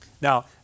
Now